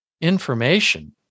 information